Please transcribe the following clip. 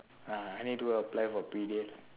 ah I need to go and apply for P_D_L